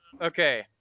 okay